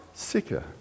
Sicker